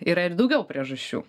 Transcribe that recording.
yra ir daugiau priežasčių